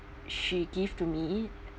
she give to me